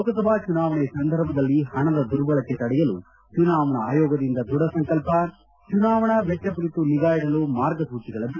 ಲೋಕಸಭಾ ಚುನಾವಣೆ ಸಂದರ್ಭದಲ್ಲಿ ಹಣ ದುರ್ಬಳಕೆ ತಡೆಯಲು ಚುನಾವಣಾ ಆಯೋಗದಿಂದ ದೃಢ ಸಂಕಲ್ಪ ಚುನಾವಣಾ ವೆಚ್ನ ಕುರಿತು ನಿಗಾ ಇಡಲು ಮಾರ್ಗಸೂಚಿಗಳ ಬಿಡುಗಡೆ